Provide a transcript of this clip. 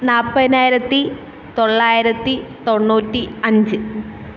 നാൽപ്പതിനായിരത്തി തൊള്ളായിരത്തി തൊണ്ണൂറ്റി അഞ്ച്